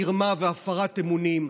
מרמה והפרת אמונים,